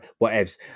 whatevs